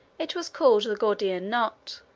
it was called the gordian knot.